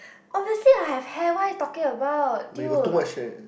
obviously I have hair what are you talking about dude